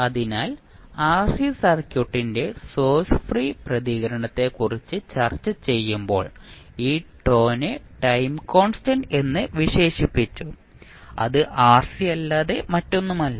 അതിനാൽ ആർസി സർക്യൂട്ടിന്റെ source free പ്രതികരണത്തെക്കുറിച്ച് ചർച്ചചെയ്യുമ്പോൾ ഈ τ നെ ടൈം കോൺസ്റ്റന്റ് എന്ന് വിശേഷിപ്പിച്ചു അത് RC അല്ലാതെ മറ്റൊന്നുമല്ല